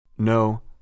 No